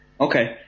Okay